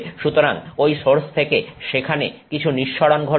সুতরাং ঐ সোর্স থেকে সেখানে কিছু নিঃসরণ ঘটবে